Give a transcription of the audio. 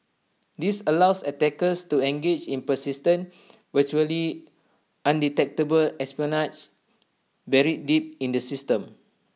this allows attackers to engage in persistent virtually undetectable espionage buried deep in the system